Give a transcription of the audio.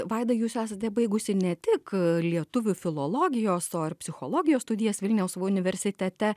vaida jūs esate baigusi ne tik lietuvių filologijos o ir psichologijos studijas vilniaus universitete